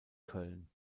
köln